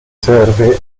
serve